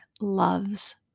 loves